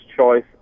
choice